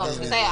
נכון לכם.